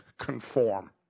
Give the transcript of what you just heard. conform